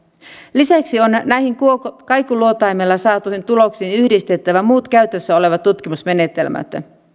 lisäksi on näihin kaikuluotaimella saatuihin tuloksiin yhdistettävä muut käytössä olevat tutkimusmenetelmät